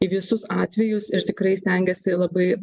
į visus atvejus ir tikrai stengiasi labai